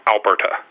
Alberta